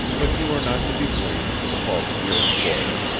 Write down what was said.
but you are not to be blamed for the faults of your employer.